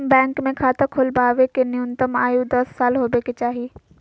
bank मे खाता खोलबावे के न्यूनतम आयु दस साल होबे के चाही